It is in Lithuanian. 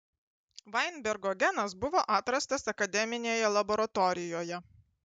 vainbergo genas buvo atrastas akademinėje laboratorijoje